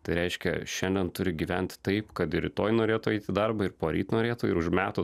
tai reiškia šiandien turi gyvent taip kad ir rytoj norėtų eiti į darbą ir poryt norėtų ir už metų